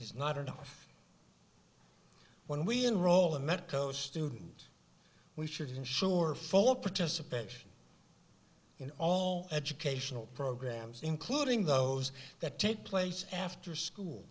is not enough when we enroll the met coast student we should ensure full participation in all educational programs including those that take place after school